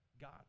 God